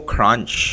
Crunch